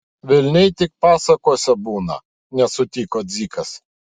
velniai tik pasakose būna nesutiko dzikas